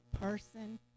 person